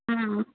ம்